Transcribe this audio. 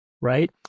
Right